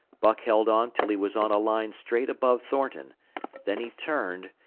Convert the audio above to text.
buck held on till he was on a line straight above thornton then he turned,